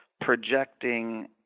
projecting